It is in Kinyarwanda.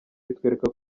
bitwereka